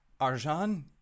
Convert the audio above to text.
Arjan